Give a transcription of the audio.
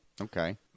Okay